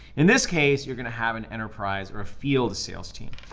in this case, you're gonna have an enterprise or a field sales team.